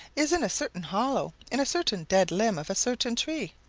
is in a certain hollow in a certain dead limb of a certain tree.